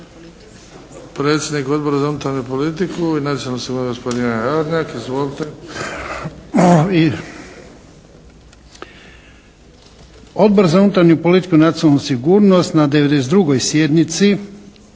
Predsjednik Odbora za unutarnju politiku i nacionalnu sigurnost gospodin